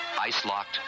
ice-locked